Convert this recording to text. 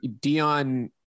Dion